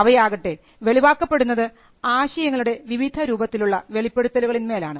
അവയാകട്ടെ വെളിവാക്കപ്പെടുന്നത് ആശയങ്ങളുടെ വിവിധ രൂപത്തിലുള്ള വെളിപ്പെടുത്തലുകളിൽമേലാണ്